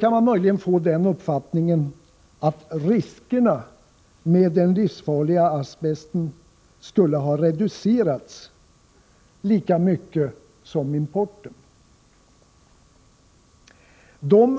kan man möjligen få uppfattningen att riskerna med den livsfarliga asbesten skulle ha reducerats lika mycket som importen har reducerats.